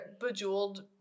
bejeweled